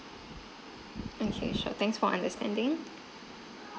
okay sure thanks for understanding